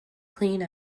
clean